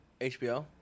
HBO